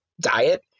diet